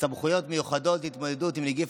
סמכויות מיוחדות להתמודדות עם נגיף